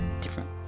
different